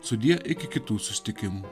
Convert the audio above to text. sudie iki kitų susitikimų